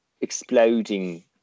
exploding